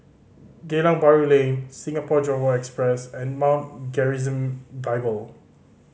Geylang Bahru Lane Singapore Johore Express and Mount Gerizim Bible